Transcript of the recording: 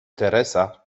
teresa